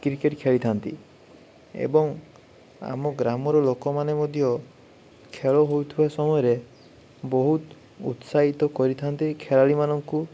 cricket ଖେଳିଥାନ୍ତି ଏବଂ ଆମ ଗ୍ରାମର ଲୋକମାନେ ମଧ୍ୟ ଖେଳ ହୋଉଥିବା ସମୟରେ ବହୁତ ଉତ୍ସାହିତ କରିଥାନ୍ତି ଖେଳାଳିମାନଙ୍କୁ